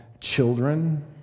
children